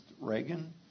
Reagan